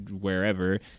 wherever